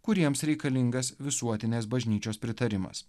kuriems reikalingas visuotinės bažnyčios pritarimas